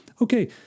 okay